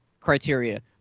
criteria